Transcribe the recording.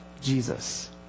Jesus